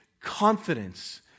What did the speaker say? confidence